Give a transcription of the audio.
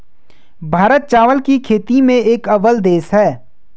भारत चावल की खेती में एक अव्वल देश है